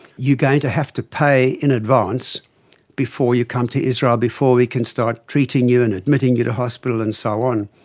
going to have to pay in advance before you come to israel, before we can start treating you and admitting you to hospital and so on.